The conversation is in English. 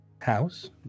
house